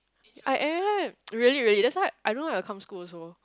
I am really really that's why I don't like to come school also